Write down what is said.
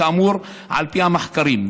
כאמור על פי המחקרים.